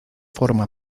forma